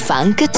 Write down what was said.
Funk